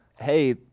hey